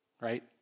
Right